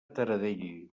taradell